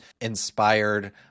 inspired